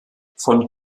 von